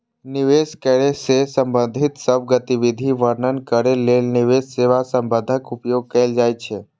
निवेश करै सं संबंधित सब गतिविधि वर्णन करै लेल निवेश सेवा शब्दक उपयोग कैल जाइ छै